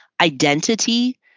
identity